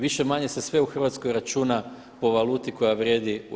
Više-manje se sve u Hrvatskoj računa po valuti koja vrijedi u EU.